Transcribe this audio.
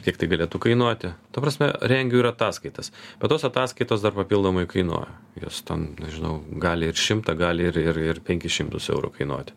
kiek tai galėtų kainuoti ta prasme rengiu ir ataskaitas bet tos ataskaitos dar papildomai kainuoja jos ten nežinau gali ir šimtą gali ir ir penkis šimtus eurų kainuoti